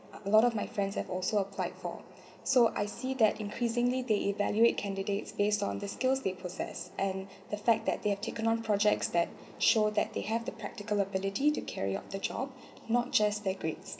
a lot of my friends have also applied for so I see that increasingly they evaluate candidates based on the skills they possessed and the fact that they have taken on projects that show that they have the practical ability to carry out the job not just their grades